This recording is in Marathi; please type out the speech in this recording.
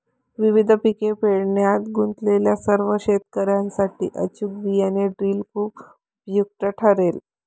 विविध पिके पेरण्यात गुंतलेल्या सर्व शेतकर्यांसाठी अचूक बियाणे ड्रिल खूप उपयुक्त ठरेल